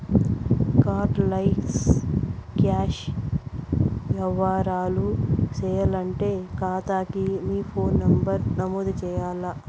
card less cash యవ్వారాలు సేయాలంటే కాతాకి మీ ఫోను నంబరు నమోదు చెయ్యాల్ల